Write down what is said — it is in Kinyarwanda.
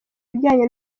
ibijyanye